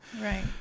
Right